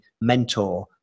mentor